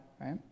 right